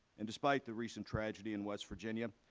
and despite the recent tragedy in west virginia,